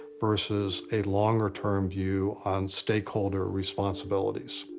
versus a longer-term view on stakeholder responsibilities.